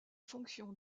fonctions